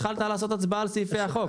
התחלת לעשות הצבעה על סעיפי הצעת החוק.